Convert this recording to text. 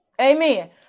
Amen